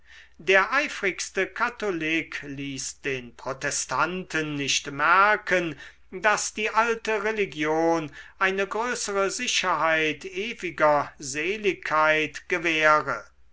der eifrigste katholik ließ den protestanten nicht merken daß die alte religion eine größere sicherheit ewiger seligkeit gewähre